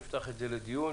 נפתח אותו לדיון,